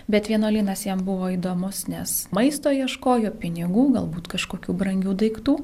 bet vienuolynas jiem buvo įdomus nes maisto ieškojo pinigų galbūt kažkokių brangių daiktų